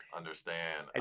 understand